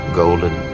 golden